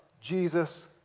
Jesus